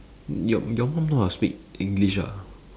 your your mum know how to speak english ah